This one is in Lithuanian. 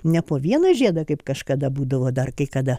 ne po vieną žiedą kaip kažkada būdavo dar kai kada